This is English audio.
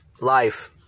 life